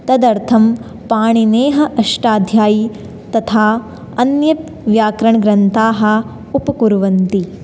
तदर्थं पाणिनेः अष्टाध्यायी तथा अन्ये व्याकरणग्रन्थाः उपकुर्वन्ति